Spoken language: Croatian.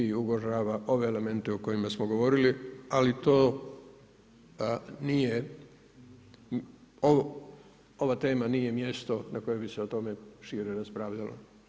I ugrožava ove elemente o kojima smo govorili, ali to nije, ova tema nije mjesto o kojoj bi se o tome šire raspravljalo.